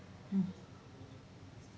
mm